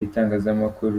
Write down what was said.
itangazamakuru